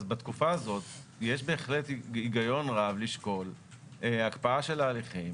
אז בתקופה הזאת יש בהחלט היגיון רב לשקול הקפאה של ההליכים.